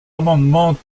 amendement